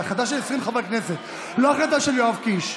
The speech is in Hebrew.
זה החלטה של 20 חברי כנסת, לא החלטה של יואב קיש.